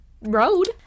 road